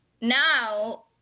now